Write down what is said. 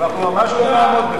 אדוני השר, אנחנו ממש לא נעמוד בזה.